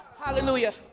Hallelujah